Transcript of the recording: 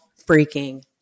freaking